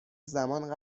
زمان